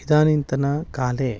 इदानींतनकाले